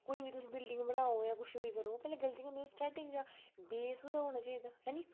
कोई बी तुस बिल्डिंग बनाओ जां कुछ बी करो पैह्लै गल्तियां ओह् स्टार्टटिंग जां बेस ओह्दा होना चाहिदा ऐनी